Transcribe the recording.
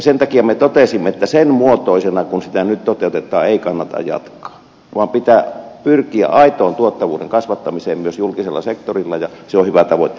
sen takia me totesimme että sen muotoisena kuin sitä nyt toteutetaan sitä ei kannata jatkaa vaan pitää pyrkiä aitoon tuottavuuden kasvattamiseen myös julkisella sektorilla ja se on hyvä tavoite